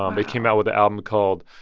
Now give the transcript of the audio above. um they came out with an album called.